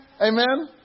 Amen